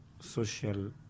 social